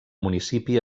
municipi